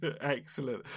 Excellent